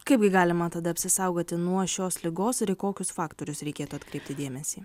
kaip gi galima tada apsisaugoti nuo šios ligos ir į kokius faktorius reikėtų atkreipti dėmesį